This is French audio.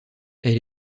elle